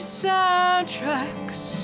soundtracks